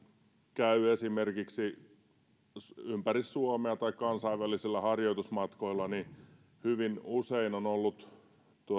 käy esimerkiksi ympäri suomea tai kansainvälisillä harjoitusmatkoilla niin hyvin usein on ollut